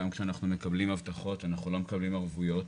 גם כשאנחנו מקבלים הבטחות אנחנו לא מקבלים ערבויות.